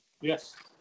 Yes